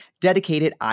dedicated